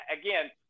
again